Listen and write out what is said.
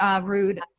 rude